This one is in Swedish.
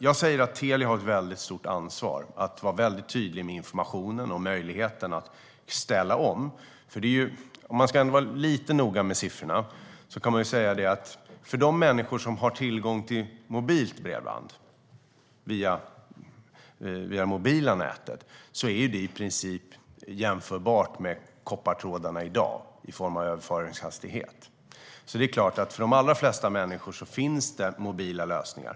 Jag säger att Telia har ett väldigt stort ansvar när det gäller att vara tydlig med informationen och möjligheterna att ställa om. Om man ändå ska vara lite noga med siffrorna kan man säga något när det gäller de människor som har tillgång till mobilt bredband, via det mobila nätet. Det är i princip jämförbart med koppartrådarna i dag, i form av överföringshastighet. För de allra flesta människor finns det mobila lösningar.